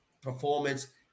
performance